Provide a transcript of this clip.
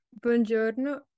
Buongiorno